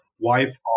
wife